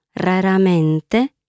raramente